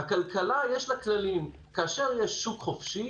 לכלכלה יש כללים; כאשר יש שוק חופשי,